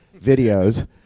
videos